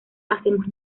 hacemos